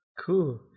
Cool